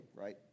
right